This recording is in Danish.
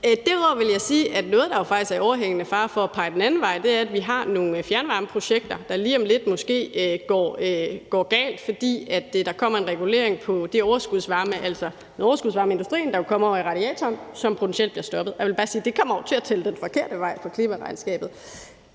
Derudover vil jeg sige, at noget, der jo faktisk er i overhængende fare for at pege den anden vej, er, at vi har nogle fjernvarmeprojekter, der lige om lidt måske går galt, fordi der kommer en regulering af den overskudsvarme fra industrien, der kommer ud af radiatoren, som potentielt bliver stoppet, og jeg vil bare sige, at det jo kommer til at tælle forkert i klimaregnskabet.